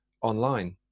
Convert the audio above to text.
online